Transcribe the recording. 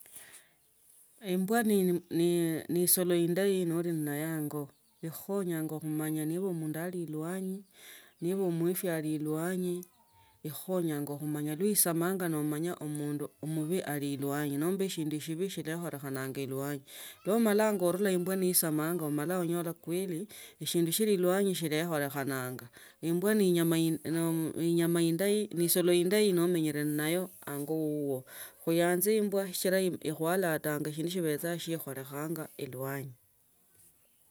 Embwa ne ne isolo indayi noli nayo hango. Ikhukhonyanga khumanya niva mundu ali ilwanyi. Niva amwifi ali ilwanyi. Ikhukhonyanga khumanya lwa lisamanga namanya omundu amuvu ali ilwanyi. Nomba shindu shivi shilekholekhana ilwanyi lwo omalanga ovula imbwa ni isamanga omala onyala kwelishindu shili ilwanyi. Shilekholekhananga imbwa ni inyama no ni isolo indayi nomenyere naye ango wuwo. Khuyanze yimbwa shichifa ikho aletanga shindi shivetsa shikholekhanga ilwanyi.